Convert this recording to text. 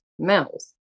males